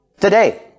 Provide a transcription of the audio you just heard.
today